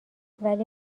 ولی